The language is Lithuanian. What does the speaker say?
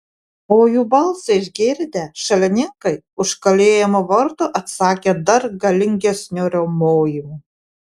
o jų balsą išgirdę šalininkai už kalėjimo vartų atsakė dar galingesniu riaumojimu